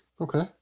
Okay